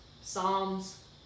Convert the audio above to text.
Psalms